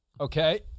Okay